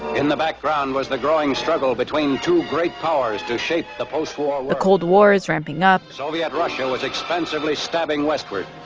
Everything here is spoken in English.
in the background was the growing struggle between two great powers to shape the post-war world the cold war is ramping up soviet russia was expensively stabbing westward,